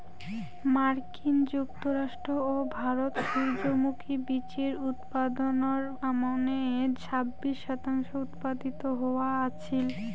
মার্কিন যুক্তরাষ্ট্র ও ভারত সূর্যমুখী বীচির উৎপাদনর আমানে ছাব্বিশ শতাংশ উৎপাদিত হয়া আছিল